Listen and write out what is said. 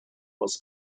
was